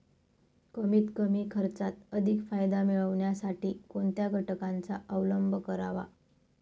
कमीत कमी खर्चात अधिक फायदा मिळविण्यासाठी कोणत्या घटकांचा अवलंब करावा?